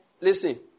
listen